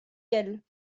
galles